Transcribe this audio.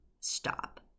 stop